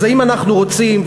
אז האם אנחנו רוצים,